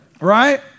Right